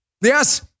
Yes